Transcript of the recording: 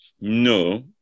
No